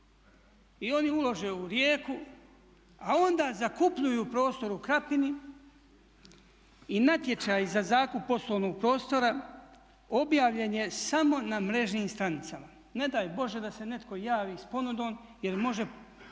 I oni ulože u Rijeku a onda zakupljuju prostor u Krapini i natječaj za zakup poslovnog prostora objavljen je samo na mrežnim stranicama. Ne daj Bože da se netko javi s ponudom jer može